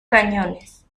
cañones